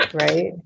Right